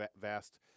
vast